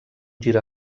gira